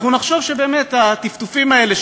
אנחנו נחשוב שבאמת הטפטופים האלה,